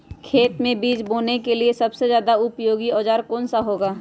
खेत मै बीज बोने के लिए सबसे ज्यादा उपयोगी औजार कौन सा होगा?